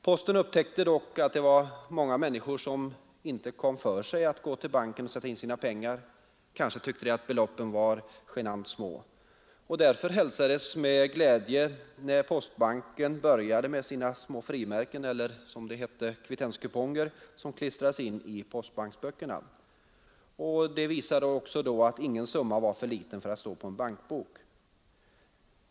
Posten upptäckte dock att det var många människor, som inte kom sig för att gå till banken och sätta in sina pengar. Kanske tyckte de att beloppen var genant små. Därför hälsades det med glädje när postbanken började med sina märken eller som det hette kvittenskuponger, som lydde på små belopp och som klistrades in i postbanksböckerna. Det visade att ingen summa var för liten att stå på en bankbok.